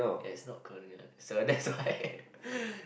ya it's not a coding language so that's why